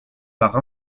par